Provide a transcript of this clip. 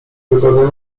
wygodę